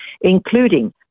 including